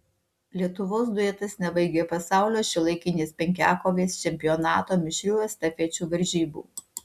lietuvos duetas nebaigė pasaulio šiuolaikinės penkiakovės čempionato mišrių estafečių varžybų